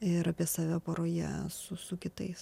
ir apie save poroje su su kitais